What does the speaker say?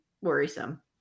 worrisome